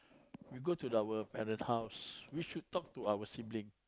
we go to our parent house we should talk to our sibling